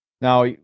Now